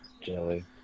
Jelly